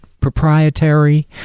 proprietary